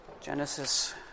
Genesis